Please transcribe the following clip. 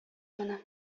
моны